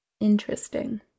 Interesting